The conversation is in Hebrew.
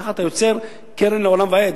ככה אתה יוצר קרן לעולם ועד.